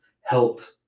helped